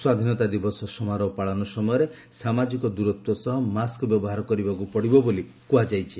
ସ୍ୱାଧୀନତା ଦିବସ ସମାରୋହ ପାଳନ ସମୟରେ ସାମାଜିକ ଦୂରତ୍ୱ ସହ ମାସ୍କ ବ୍ୟବହାର କରିବାକୁ ପଡ଼ିବ ବୋଲି ଏଥିରେ କୁହାଯାଇଛି